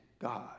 God